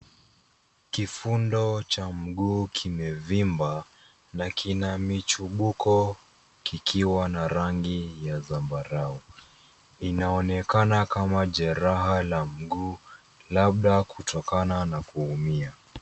Kifundo cha mguu kimevimba na kina michubuko kikiwa na rangi ya zambarawe. Inaonakana kama jereha la mguu labda kutokana na kuumia.